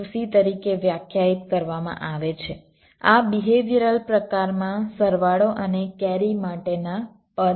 C તરીકે વ્યાખ્યાયિત કરવામાં આવે છે આ બિહેવિયરલ પ્રકારમાં સરવાળો અને કેરી માટેના પદ છે